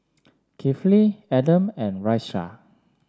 Kifli Adam and Raisya